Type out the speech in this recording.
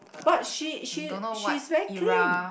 but she she she's very clean